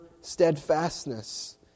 steadfastness